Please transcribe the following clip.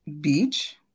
beach